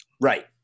Right